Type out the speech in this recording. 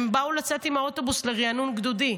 הם באו לצאת עם האוטובוס לריענון גדודי.